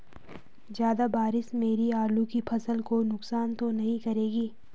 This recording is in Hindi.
ज़्यादा बारिश मेरी आलू की फसल को नुकसान तो नहीं करेगी?